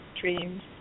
dreams